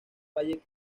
valle